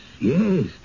yes